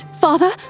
father